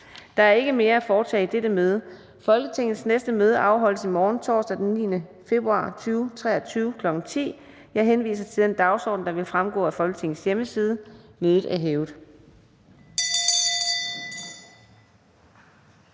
Der er ikke mere at foretage i dette møde. Folketingets næste møde afholdes i morgen, torsdag den 9. februar 2023, kl. 10.00. Jeg henviser til den dagsorden, der vil fremgå af Folketingets hjemmeside. Mødet er hævet.